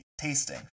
tasting